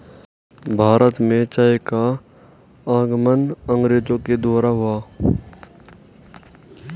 भारत में चाय का आगमन अंग्रेजो के द्वारा हुआ